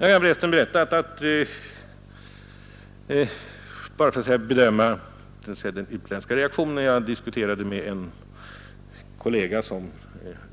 Jag kan berätta, bara för att visa den utländska reaktionen, att jag diskuterade med en kollega,